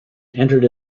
entered